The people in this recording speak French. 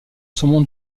saumon